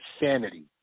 insanity